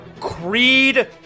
Creed